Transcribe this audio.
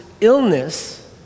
illness